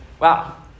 wow